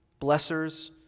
blessers